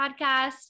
podcast